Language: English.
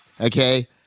okay